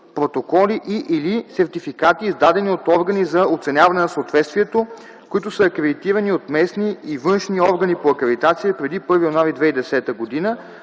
Протоколи и/или сертификати, издадени от органи за оценяване на съответствието, които са акредитирани от местни и външни органи по акредитация преди 1 януари 2010 г.,